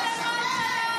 את משקרת,